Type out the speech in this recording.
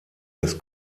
des